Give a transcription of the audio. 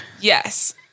Yes